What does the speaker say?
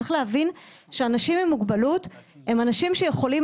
צריך להבין שאנשים עם מוגבלות הם אנשים שיכולים